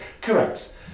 Correct